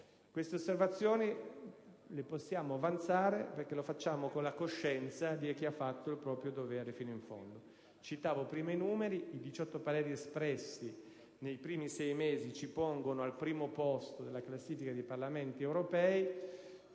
queste osservazioni, perché lo facciamo con la coscienza di chi ha svolto il proprio dovere fino in fondo. Citavo prima i numeri: i 18 pareri espressi nei primi sei mesi ci pongono al primo posto nella classifica dei Parlamenti europei.